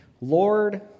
Lord